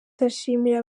ndashimira